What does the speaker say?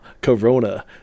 Corona